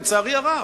לצערי הרב,